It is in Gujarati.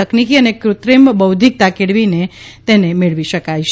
તકનીકી અને કૃત્રિમ બૌદ્ધિકતા કેળવીને મેળવી શકાય છે